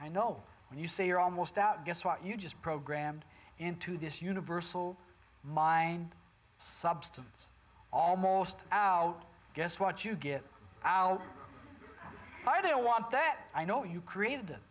i know when you say you're almost out guess what you just programmed into this universal mind substance almost guess what you get out i don't want that i know you created